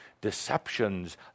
deceptions